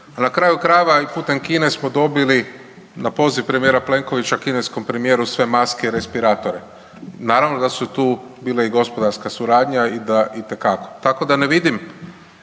na kraju krajeva i putem Kine smo dobili na poziv premijera Plenkovića kineskom premijeru sve maske i respiratore. Naravno da su tu bile i gospodarska suradnja itekako, tako da ne vidim